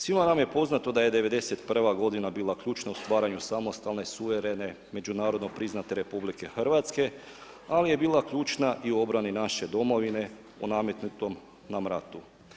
Svima nam je poznato da je '91. godina bila ključna u stvaranju samostalne, suverene, međunarodno priznate RH ali je bila ključna i u obrani naše Domovine o nametnutom nam ratu.